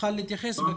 רידא ג'אבר, בבקשה.